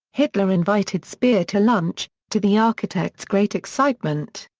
hitler invited speer to lunch, to the architect's great excitement.